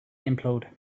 implode